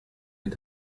est